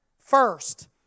First